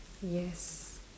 yes